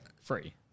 free